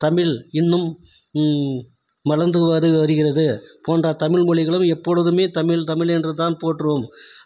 தமிழ் இன்னும் வளர்ந்து வரு வருகிறது போன்ற தமிழ் மொழி எப்பொழுதுமே தமிழ் தமிழ் என்று தான் போற்றுவோம்